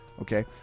Okay